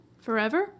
Forever